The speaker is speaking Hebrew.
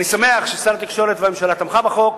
אני שמח ששר התקשורת והממשלה תמכו בחוק.